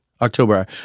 October